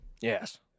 Yes